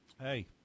hey